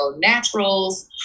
Naturals